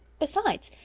besides,